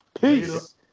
Peace